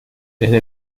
desde